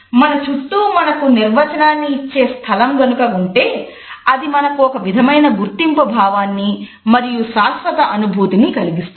మన చుట్టూ మనకు నిర్వచనాన్ని ఇచ్చే స్థలం గనుక ఉంటే అది మనకు ఒక విధమైన గుర్తింపు భావాన్ని మరియు శాశ్వత అనుభూతిని కలిగిస్తుంది